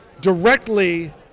directly